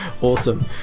awesome